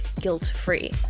guilt-free